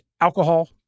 alcohol